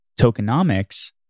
tokenomics